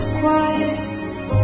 quiet